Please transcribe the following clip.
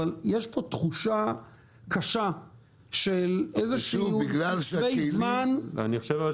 אבל יש פה תחושה קשה של איזשהם קצבי זמן --- שוב,